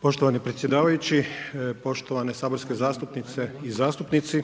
Poštovani predsjedavajući, poštovane saborske zastupnice i zastupnici,